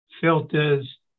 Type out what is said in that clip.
filters